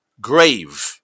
grave